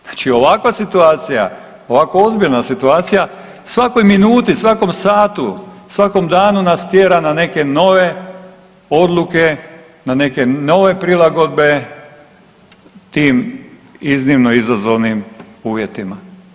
Znači ovakva situacija, ovako ozbiljna situacija svakoj minuti, svakom satu, svakom danu nas tjera na neke nove odluke, na neke nove prilagodbe tim iznimno izazovnim uvjetima.